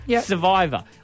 Survivor